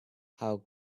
how